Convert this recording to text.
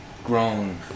Grown